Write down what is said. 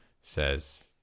says